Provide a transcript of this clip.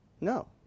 No